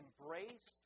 embrace